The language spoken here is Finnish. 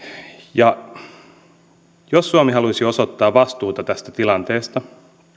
jos suomi haluaisi osoittaa vastuuta tästä tilanteesta